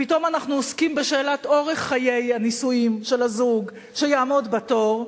שפתאום אנחנו עוסקים בשאלת אורך חיי הנישואים של הזוג שיעמוד בתור.